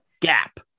gap